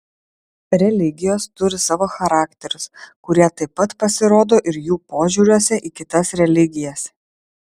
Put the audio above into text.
religijos turi savo charakterius kurie taip pat pasirodo ir jų požiūriuose į kitas religijas